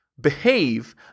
behave